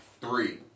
three